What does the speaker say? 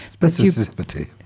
specificity